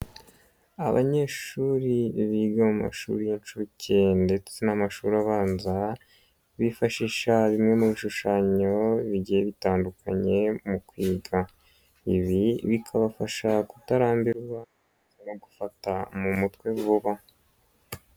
Abanyeshuri biga mu mashuri y'inshuke ndetse n'amashuri abanza, bifashisha bimwe mu bishushanyo bigiye bitandukanye mu kwiga. Ibi bikabafasha kutarambirwa ndetse no gufata mu mutwe vuba.